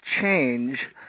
change